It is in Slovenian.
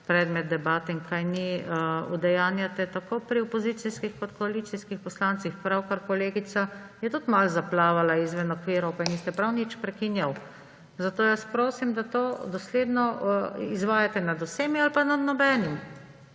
predmet debate in kaj ni, udejanjate tako pri opozicijskih kot koalicijskih poslancih. Pravkar je kolegica tudi malo zaplavala izven okvirov, pa je niste prav nič prekinjali. Zato prosim, da to dosledno izvajate nad vsemi ali pa nad nobenim.